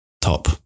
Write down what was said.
top